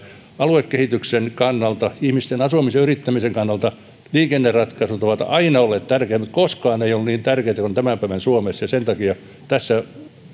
aluekehityksen kannalta ihmisten asumisen ja yrittämisen kannalta liikenneratkaisut ovat aina olleet tärkeitä mutta koskaan ne eivät ole olleet niin tärkeitä kuin tämän päivän suomessa ja sen takia